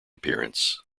appearance